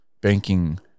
banking